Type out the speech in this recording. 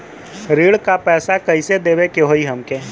ऋण का पैसा कइसे देवे के होई हमके?